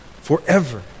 forever